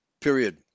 Period